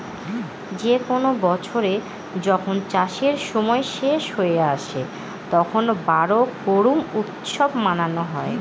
যে কোনো বছরে যখন চাষের সময় শেষ হয়ে আসে, তখন বোরো করুম উৎসব মানানো হয়